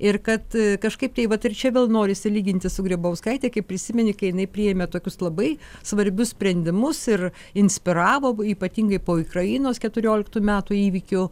ir kad kažkaip tai vat ir čia vėl norisi lyginti su grybauskaite kai prisimeni kai jinai priėmė tokius labai svarbius sprendimus ir inspiravo ypatingai po ikrainos keturioliktų metų įvykių